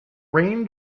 rain